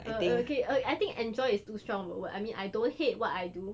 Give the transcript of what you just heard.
err err okay I think enjoy is too strong of a word I mean I don't hate what I do